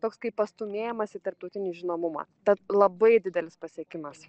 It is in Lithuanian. toks kaip pastūmėjimas į tarptautinį žinomumą tad labai didelis pasiekimas